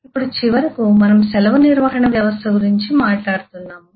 ఇప్పుడు చివరకు మనం సెలవు నిర్వహణ వ్యవస్థ గురించి మాట్లాడుతున్నాము